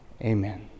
Amen